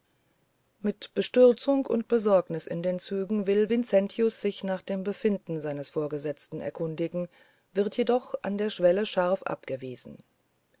mit bestürzung und besorgnis in den zügen will vincentius sich nach dem befinden seines vorgesetzten erkundigen wird jedoch an der schwelle scharf abgewiesen